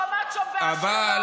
כשהוא עמד שם באשקלון,